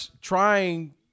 trying